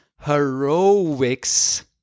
heroics